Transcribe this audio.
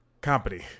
company